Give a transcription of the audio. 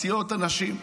מסיעים אנשים,